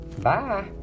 Bye